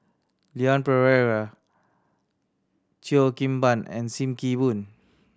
Leon Perera Cheo Kim Ban and Sim Kee Boon